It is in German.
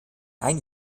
ein